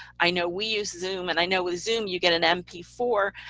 i know we use zoom, and i know with zoom you get an m p four,